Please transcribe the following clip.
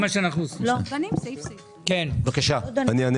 כן, דנים סעיף סעיף.